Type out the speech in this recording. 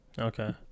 okay